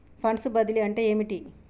Funds బదిలీ అంటే ఏమిటి?